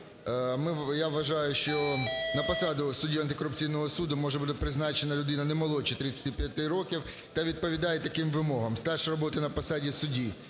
Я вважаю, що на посаду судді антикорупційного суду може бути призначена людина не молодше 35 років та відповідає таким вимогам: стаж роботи на посаді судді